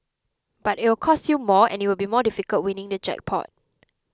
but it'll cost you more and it will be more difficult winning the jackpot